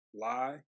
lie